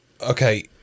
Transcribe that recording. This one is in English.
Okay